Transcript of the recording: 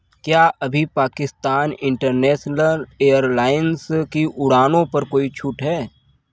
क्या अभी Pakistan International Airlines की उड़ानों पर कोई छूट है